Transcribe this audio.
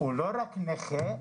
הוא לא רק נכה,